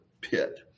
pit